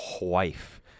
wife